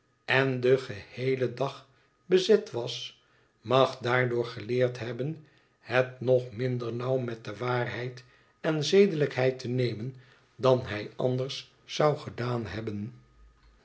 en den geheelen dag bezet was mag daardoor geleerd hebben het nog minder nauw met waarheid en zedelijkheid te nemen dan hij anders zou gedaan hebben